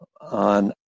on